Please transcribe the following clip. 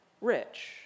rich